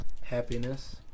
happiness